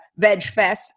VegFest